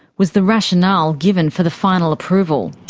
was the rationale given for the final approval.